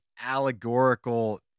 allegorical